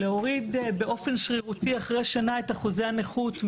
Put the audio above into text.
אז להוריד באופן שרירותי אחרי שנה את אחוזי הנכות,